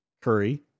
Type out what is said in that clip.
Curry